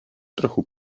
trochu